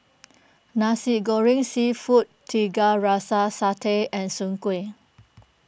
Nasi Goreng Seafood Tiga Rasa Satay and Soon Kway